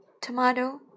tomato